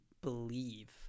believe